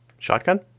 Shotgun